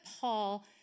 Paul